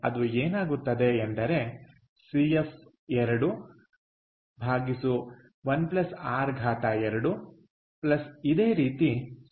ಅದು ಏನಾಗುತ್ತದೆ ಎಂದರೆ CF2 1 r 2